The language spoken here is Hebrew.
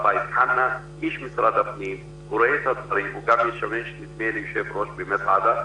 איש משרד הפנים שרואה את הדברים וגם משמש יושב-ראש במסעדה.